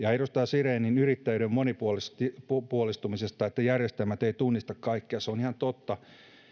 ja edustaja siren kysyi yrittäjyyden monipuolistumisesta siitä että järjestelmät eivät tunnista kaikkea se on ihan totta